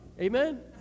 Amen